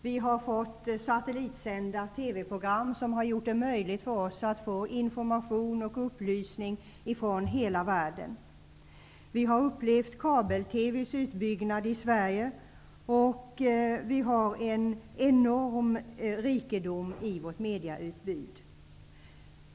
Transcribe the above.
Vi har fått satellitsända TV-program som har gjort det möjligt för oss att få information och upplysning från hela världen. Vi har upplevt kabel-TV:s utbyggnad i Sverige, och vi har en enorm rikedom i vårt mediautbud.